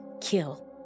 kill